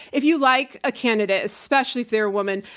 if you like a candidate, especially if they're a woman,